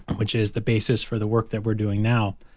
which is the basis for the work that we're doing now.